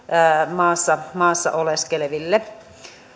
maassa maassa oleskeleville